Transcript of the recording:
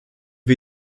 wir